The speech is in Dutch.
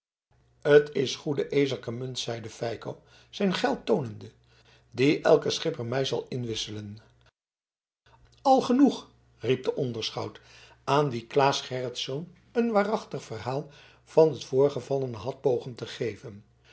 t is goede ezekermunt zeide feiko zijn geld toonende die elke schipper mij zal inwisselen al genoeg riep de onderschout aan wien claes gerritsz een waarachtig verhaal van het voorgevallene had pogen te geven